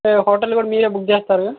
so hotel కూడా మీరే book చేస్తారుగా